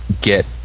get